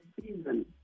season